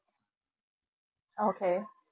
okay